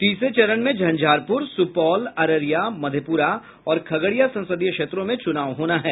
तीसरे चरण में झंझारपुर सुपौल अररिया मधेपुरा और खगड़िया संसदीय क्षेत्रों में चूनाव होना है